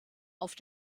auf